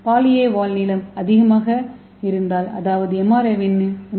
poly A வால் நீளம் அதிகமாக இருந்தால் அதாவது எம்